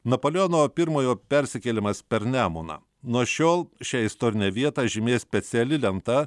napoleono pirmojo persikėlimas per nemuną nuo šiol šią istorinę vietą žymės speciali lenta